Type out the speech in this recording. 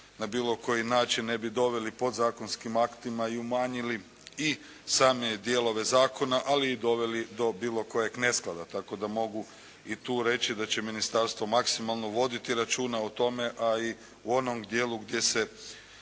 na bilo koji način ne bi doveli podzakonskim aktima i umanjili i same dijelove Zakona ali i doveli do bilo kojeg nesklada. Tako da mogu i tu reći da će Ministarstvo maksimalno voditi računa o tome a i u onom dijelu gdje se